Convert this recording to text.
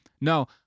No